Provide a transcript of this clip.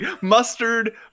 mustard